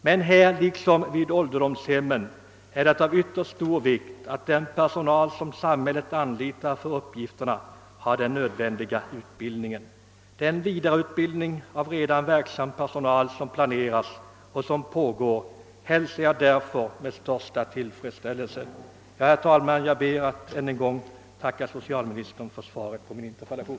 Men härvidlag — liksom när det gäller ålderdomshemmen — är det av ytterst stor vikt att den personal som samhället anlitar för uppgifterna har den nödvändiga utbildningen. Den vidareutbildning av redan verksam personal som planeras och som pågår hälsar jag därför med största tillfredsställelse. Herr talman! Jag ber att än en gång få tacka socialministern för svaret på min interpellation.